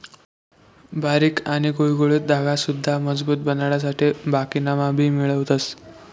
बारीक आणि गुळगुळीत धागा सुद्धा मजबूत बनाडासाठे बाकिना मा भी मिळवतस